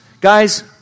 guys